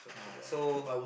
ah so